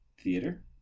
theater